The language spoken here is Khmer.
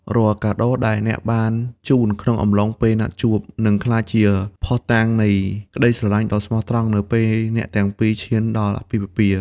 រាល់កាដូដែលអ្នកបានជូនក្នុងកំឡុងពេលណាត់ជួប នឹងក្លាយជាភស្តុតាងនៃក្តីស្រឡាញ់ដ៏ស្មោះត្រង់នៅពេលអ្នកទាំងពីរឈានដល់អាពាហ៍ពិពាហ៍។